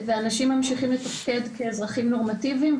אנשים ממשיכים לתפקיד כאזרחים נורמטיביים,